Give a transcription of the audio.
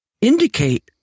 indicate